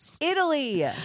Italy